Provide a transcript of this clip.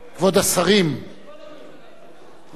כבוד השרים, בבקשה,